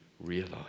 realize